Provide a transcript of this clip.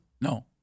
No